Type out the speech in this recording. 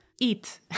eat